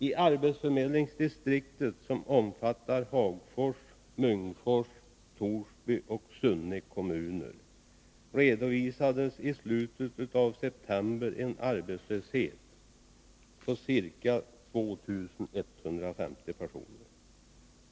I arbetsförmedlingsdistriktet som omfattar Hagfors, Munkfors-Torsby och Sunne kommuner redovisades i slutet på september en arbetslöshet på ca 2150 personer.